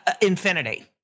infinity